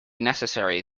necessary